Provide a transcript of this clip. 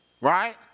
Right